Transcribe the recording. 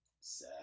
Sad